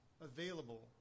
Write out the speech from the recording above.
available